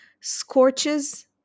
Scorches